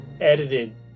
edited